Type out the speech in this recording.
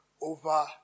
over